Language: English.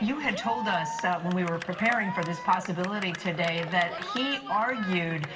you had told us when we were preparing for this possibility today that he argued